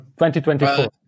2024